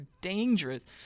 dangerous